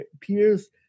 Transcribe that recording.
peers